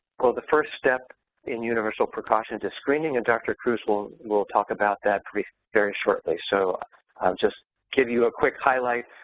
well, the first step in universal precautions is screening and dr. cruise will will talk about that very shortly. so just give you a quick highlight.